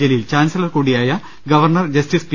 Jaleel chancellor കൂടിയായ governor justice P